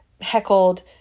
heckled